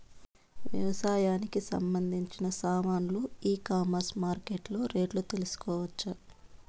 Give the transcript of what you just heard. వ్యవసాయానికి సంబంధించిన సామాన్లు ఈ కామర్స్ మార్కెటింగ్ లో రేట్లు తెలుసుకోవచ్చా?